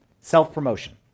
self-promotion